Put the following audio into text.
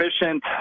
efficient